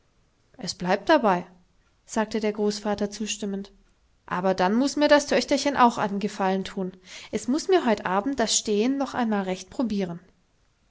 es bleibt dabei sagte der großvater zustimmend aber dann muß mir das töchterchen auch einen gefallen tun es muß mir heut abend das stehen noch einmal recht probieren